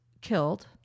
killed